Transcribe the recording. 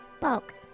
Bulk